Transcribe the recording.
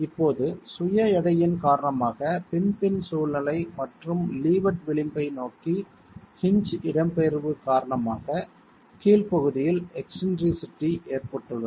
இப்போது சுய எடையின் காரணமாக பின் பின் சூழ்நிலை மற்றும் லீவார்ட் விளிம்பை நோக்கி ஹின்ஜ் இடம்பெயர்வு காரணமாக கீழ்ப்பகுதியில் எக்ஸ்ன்ட்ரிசிட்டி ஏற்பட்டுள்ளது